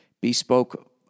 Bespoke